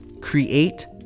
create